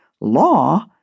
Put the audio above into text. law